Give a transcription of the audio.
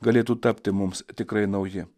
galėtų tapti mums tikrai nauji